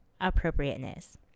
appropriateness